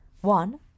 One